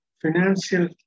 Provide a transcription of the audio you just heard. financial